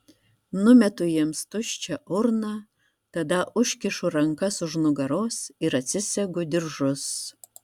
numetu jiems tuščią urną tada užkišu rankas už nugaros ir atsisegu diržus